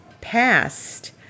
past